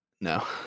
No